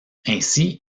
ainsi